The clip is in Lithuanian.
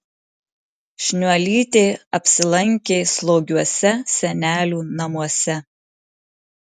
šniuolytė apsilankė slogiuose senelių namuose